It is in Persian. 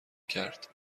کرد